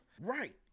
Right